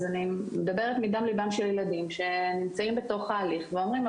אז אני מדברת מדם ליבם של ילדים שנמצאים בתוך ההליך ואומרים: